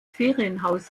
ferienhaus